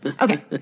Okay